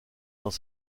dans